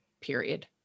Period